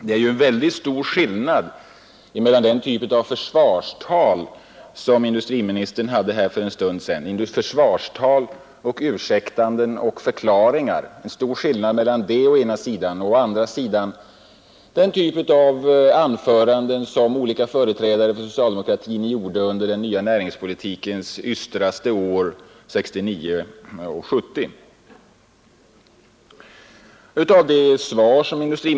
Det är en mycket stor skillnad mellan å ena sidan den typ av försvarstal med ursäkter och förklaringar som industriministern höll för en stund sedan och å andra sidan den typ av anföranden som olika företrädare för socialdemokratin gjorde under den nya näringspolitikens ystraste år, 1969 och 1970.